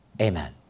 Amen